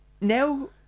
now